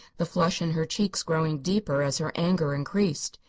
the flush in her cheeks growing deeper as her anger increased.